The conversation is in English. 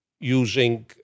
using